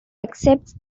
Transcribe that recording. accepts